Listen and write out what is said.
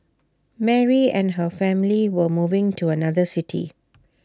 Mary and her family were moving to another city